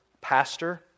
pastor